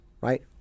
Right